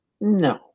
No